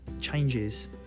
changes